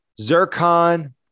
zircon